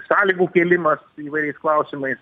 sąlygų kėlimas įvairiais klausimais